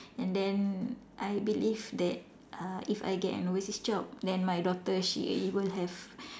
and then I believe that uh if I get an overseas job then my daughter she would have